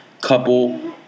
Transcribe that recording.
couple